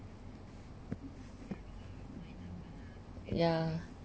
yeah